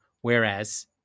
Whereas